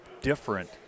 different